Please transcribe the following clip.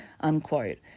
unquote